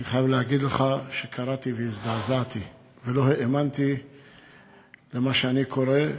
אני חייב להגיד לך שקראתי והזדעזעתי ולא האמנתי למה שאני קורא,